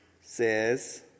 says